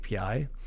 API